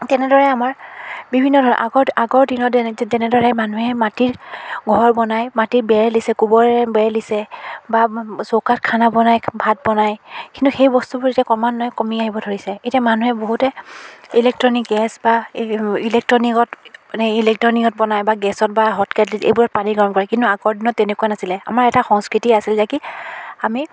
তেনেদৰে আমাৰ বিভিন্ন ধৰণৰ আগত আগৰ দিনত যেন যেনেদৰে মানুহে মাটিৰ ঘৰ বনাই মাটিৰ বেৰ দিছে গোৱৰেৰে বেৰ দিছে বা চৌকাত খানা বনায় ভাত বনায় কিন্তু সেই বস্তুবোৰ ক্ৰমান্বয়ে কমি আহিব ধৰিছে এতিয়া মানুহে বহুতে ইলেকট্ৰ'নিক গেছ বা এই ইলেকট্ৰ'নিকত মানে ইলেকট্ৰ'নিকত বনায় বা গেছত বা হট্ কেট্লিত এইবোৰত পানী গৰম কৰে কিন্তু আগৰ দিনত তেনেকুৱা নাছিলে আমাৰ এটা সংস্কৃতি আছিল যে কি আমি